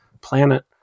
planet